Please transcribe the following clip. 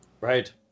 Right